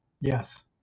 Yes